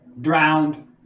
drowned